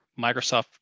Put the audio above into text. Microsoft